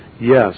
Yes